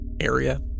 area